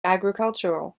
agricultural